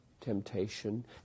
temptation